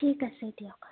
ঠিক আছে দিয়ক